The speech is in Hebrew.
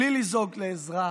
בלי לזעוק לעזרה.